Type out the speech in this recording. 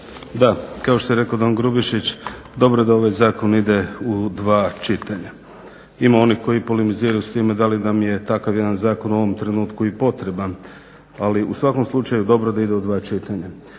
Da, kao što je rekao dok Grubišić, dobro je da ovaj Zakon ide u dva čitanja. Ima onih koji polemiziraju s time da li nam je takav jedan Zakon u ovom trenutku i potreban ali u svakom slučaju dobro da ide u dva čitanja.